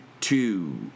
two